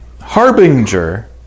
harbinger